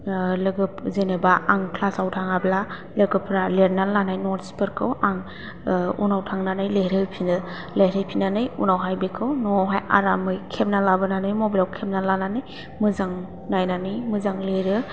लोगोफो जेनोबा आं क्लासाव थाङाब्ला लोगोफोरा लिरनानै लानाय नथसफोरखौ आं उनाव थांनानै लिरहैफिनो लिरहैफिननानै उनावहाय बेखौ न'आवहाय आरामै खेबना लाबोनानै मबाइलाव खेबना लाबोनानै मोजां नायनानै मोजां लिरो